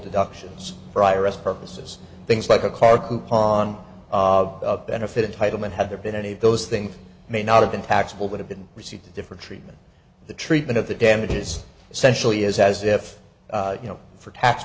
deductions for iris purposes things like a car coupon of benefit in title might have there been any of those things may not have been taxable would have been received a different treatment the treatment of the damages essentially is as if you know for tax